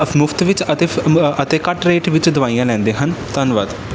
of ਮੁਫਤ ਵਿੱਚ ਅਤੇ ਅਤੇ ਘੱਟ ਰੇਟ ਵਿੱਚ ਦਵਾਈਆਂ ਲੈਂਦੇ ਹਨ ਧੰਨਵਾਦ